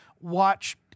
watch